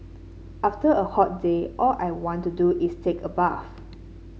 after a hot day all I want to do is take a bath